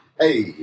Hey